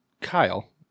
Kyle